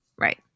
Right